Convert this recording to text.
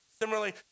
Similarly